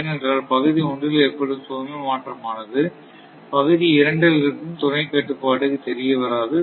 ஏனென்றால் பகுதி ஒன்றில் ஏற்படும் சுமை மாற்றமானது பகுதி இரண்டில் இருக்கும் துணை கட்டுப்பாட்டுக்கு தெரியவராது